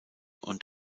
und